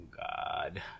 god